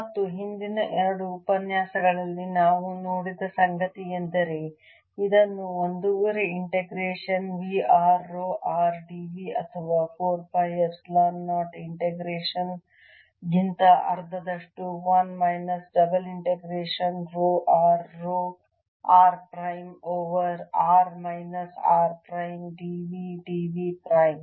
ಮತ್ತು ಹಿಂದಿನ ಎರಡು ಉಪನ್ಯಾಸಗಳಲ್ಲಿ ನಾವು ನೋಡಿದ ಸಂಗತಿಯೆಂದರೆ ಇದನ್ನು ಒಂದೂವರೆ integration V r rho r dV ಅಥವಾ 4 ಪೈ ಎಪ್ಸಿಲಾನ್ 0 ಇಂಟಿಗ್ರೇಷನ್ ಗಿಂತ ಅರ್ಧದಷ್ಟು 1 double integration rho r rho r prime over r minus r prime dV dV prime